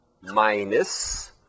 minus